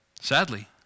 Sadly